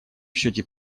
счете